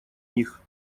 них